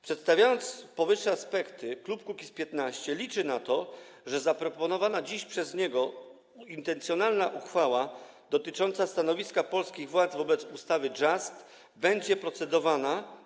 Przedstawiając powyższe aspekty, klub Kukiz’15 liczy na to, że zaproponowana dziś przez niego intencyjna uchwała dotycząca stanowiska polskich władz wobec ustawy Just będzie procedowana.